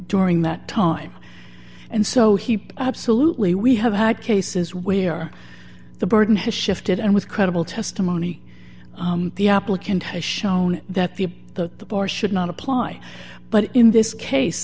during that time and so he absolutely we have had cases where the burden has shifted and with credible testimony the applicant has shown that the that the bar should not apply but in this case